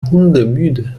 hundemüde